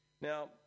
Now